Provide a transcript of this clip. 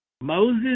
Moses